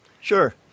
sure